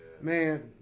man